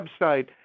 website